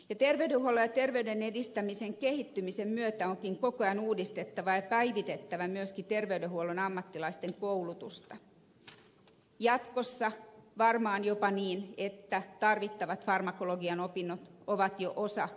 terveydenhuollon ja terveyden edistämisen kehittymisen myötä onkin koko ajan uudistettava ja päivitettävä myöskin terveydenhuollon ammattilaisten koulutusta jatkossa varmaan jopa niin että tarvittavat farmakologian opinnot ovat jo osa peruskoulutusta